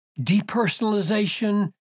depersonalization